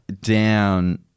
down